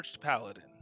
Paladin